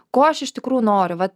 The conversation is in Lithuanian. ko aš iš tikrųjų noriu vat